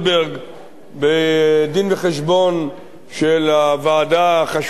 בדין-וחשבון של הוועדה החשובה בראשותו,